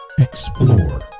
Explore